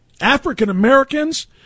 African-Americans